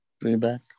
Feedback